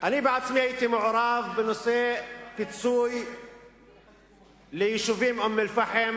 הייתי מעורב בנושא פיצוי ליישובים אום-אל-פחם